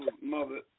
mother